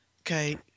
Okay